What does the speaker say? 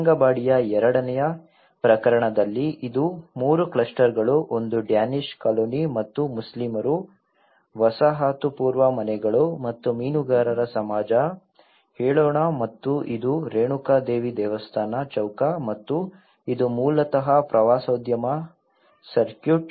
ತರಂಗಂಬಾಡಿಯ ಎರಡನೇ ಪ್ರಕರಣದಲ್ಲಿ ಇದು ಮೂರು ಕ್ಲಸ್ಟರ್ಗಳು ಒಂದು ಡ್ಯಾನಿಶ್ ಕಾಲೋನಿ ಮತ್ತು ಮುಸ್ಲಿಮರು ವಸಾಹತುಪೂರ್ವ ಮನೆಗಳು ಮತ್ತು ಮೀನುಗಾರರ ಸಮಾಜ ಹೇಳೋಣ ಮತ್ತು ಇದು ರೇಣುಕಾದೇವಿ ದೇವಸ್ಥಾನ ಚೌಕ ಮತ್ತು ಇದು ಮೂಲತಃ ಪ್ರವಾಸೋದ್ಯಮ ಸರ್ಕ್ಯೂಟ್